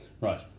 right